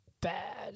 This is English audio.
bad